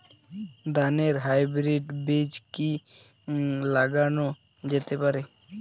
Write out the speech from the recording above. ধানের হাইব্রীড বীজ কি লাগানো যেতে পারে?